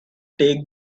take